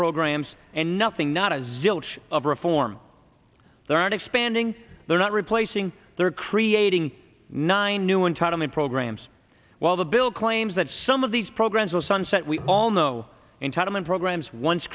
programs and nothing nada zilch of reform they're not expanding they're not replacing they're creating nine new entitlement programs while the bill claims that some of these programs will sunset we all know entitlement programs on